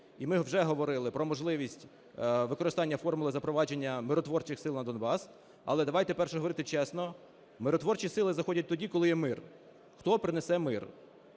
І ми вже говорили про можливість використання формули запровадження миротворчих сил на Донбас. Але давайте, перше, говорити чесно: миротворчі сили заходять тоді, коли є мир. Хто принесене мир?